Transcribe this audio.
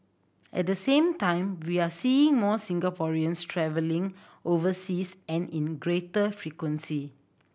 at the same time we are seeing more Singaporeans travelling overseas and in greater frequency